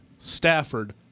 Stafford